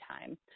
time